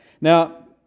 Now